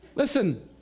Listen